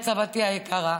סבתי היקרה,